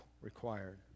Required